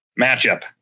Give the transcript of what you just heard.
matchup